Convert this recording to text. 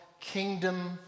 kingdom